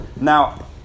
Now